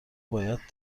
باید